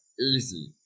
easy